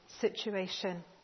situation